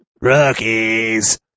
Rookies